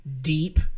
deep